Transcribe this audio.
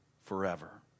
forever